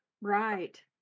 Right